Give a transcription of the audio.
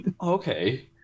Okay